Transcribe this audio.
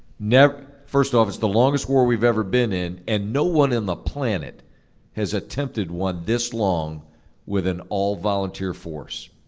first off, it's the longest war we've ever been in. and no one in the planet has attempted one this long with an all-volunteer force.